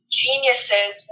geniuses